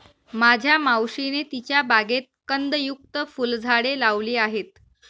माझ्या मावशीने तिच्या बागेत कंदयुक्त फुलझाडे लावली आहेत